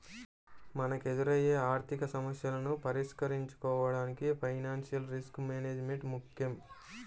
మనకెదురయ్యే ఆర్థికసమస్యలను పరిష్కరించుకోడానికి ఫైనాన్షియల్ రిస్క్ మేనేజ్మెంట్ ముక్కెం